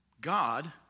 God